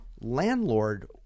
landlord